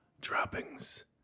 droppings